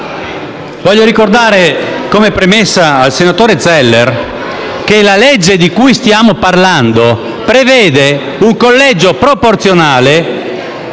Vorrei ricordare, come premessa, al senatore Zeller che il disegno di legge di cui stiamo parlando prevede un collegio proporzionale